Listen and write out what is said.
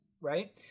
right